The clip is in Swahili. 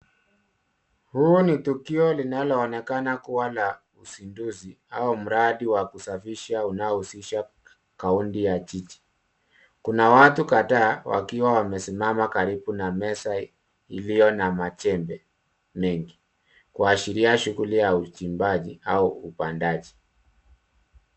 Huu ni tukio unaonekana kuwa la usinduzi au mradi wa kusafisha unaohusisha kaundi ya jiji. Kuna watu kadhaa wakiwa wamesimama karibu na meza iliyo na majembe mengi kuashiria shughuli ya uchimbaji au upandaji.